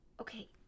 Okay